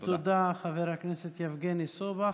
תודה, חבר הכנסת יבגני סובה.